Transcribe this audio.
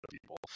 people